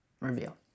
reveal